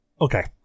okay